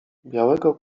białego